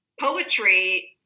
poetry